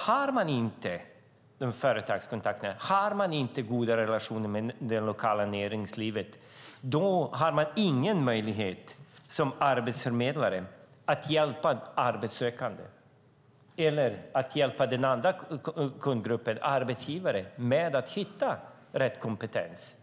Har man inte företagskontakter och goda relationer med det lokala näringslivet har man som arbetsförmedlare ingen möjlighet att hjälpa arbetssökande eller hjälpa den andra kundgruppen, arbetsgivare, med att hitta rätt kompetens.